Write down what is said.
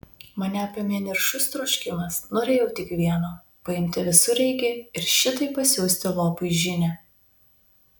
mane apėmė niršus troškimas norėjau tik vieno paimti visureigį ir šitaip pasiųsti lopui žinią